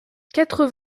quatre